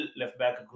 left-back